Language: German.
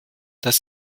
dass